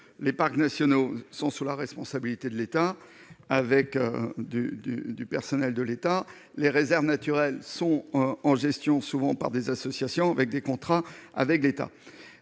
les parcs nationaux sont sous la responsabilité de l'État avec du du, du personnel de l'État, les réserves naturelles sont en gestion souvent par des associations avec des contrats avec l'État,